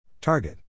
Target